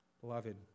Beloved